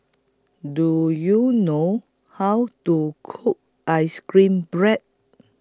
Do YOU know How to Cook Ice Cream Bread